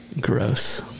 Gross